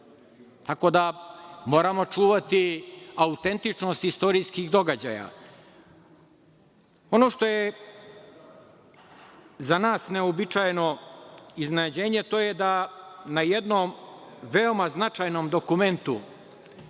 tako da moramo čuvati auteničnost istorijskih događaja. Ono što je za nas neuobičajeno iznenađenje, to je da na jednom veoma značajnom dokumentu